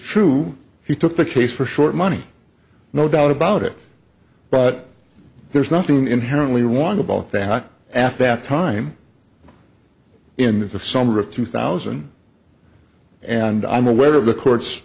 he took the case for short money no doubt about it but there's nothing inherently wrong about that at that time in the summer of two thousand and i'm aware of the court